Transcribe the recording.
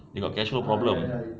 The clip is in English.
they got cash flow problem